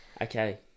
Okay